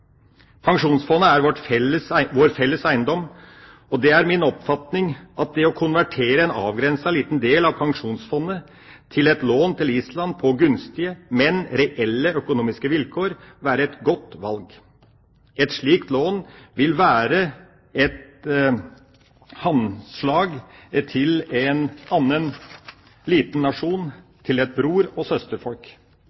Pensjonsfondet er vår felles eiendom, og det er min oppfatning at det å konvertere en avgrenset, liten del av Pensjonsfondet til et lån til Island på gunstige, men reelle økonomiske vilkår vil være et godt valg. Et slikt lån vil være et handslag til en annen liten nasjon,